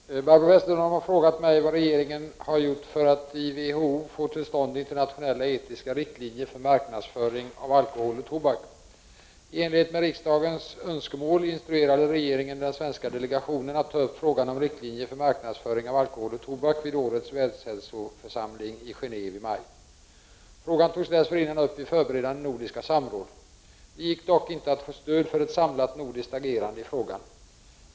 Herr talman! Barbro Westerholm har frågat mig vad regeringen har gjort för att i WHO få till stånd internationella etiska riktlinjer för marknadsföring av alkohol och tobak. I enlighet med riksdagens önskemål instruerade regeringen den svenska delegationen att ta upp frågan om riktlinjer för marknadsföring av alkohol och tobak vid årets världshälsoförsamling i Geneve i maj. Frågan togs dessförinnan upp vid förberedande nordiska samråd. Det gick dock inte att få stöd för ett samlat nordiskt agerande i frågan.